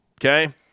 Okay